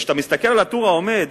כשאתה נוסע ברכב,